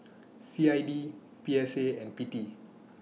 C I D P S A and P T